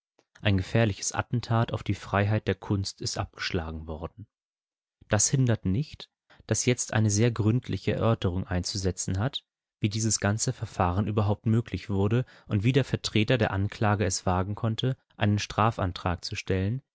ein gefährliches attentat auf die freiheit der kunst ist abgeschlagen worden das hindert nicht daß jetzt eine sehr gründliche erörterung einzusetzen hat wie dieses ganze verfahren überhaupt möglich wurde und wie der vertreter der anklage es wagen konnte einen strafantrag zu stellen